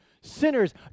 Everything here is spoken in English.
sinners